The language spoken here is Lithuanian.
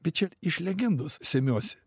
bet čia iš legendos semiuosi